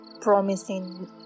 promising